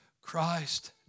Christ